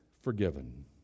forgiven